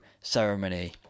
ceremony